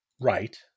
right